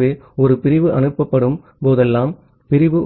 ஆகவே ஒரு பிரிவு அனுப்பப்படும் போதெல்லாம் பிரிவு